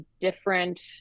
different